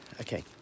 Okay